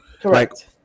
Correct